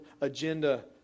agenda